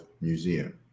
museum